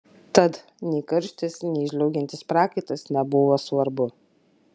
tad nei karštis nei žliaugiantis prakaitas nebuvo svarbu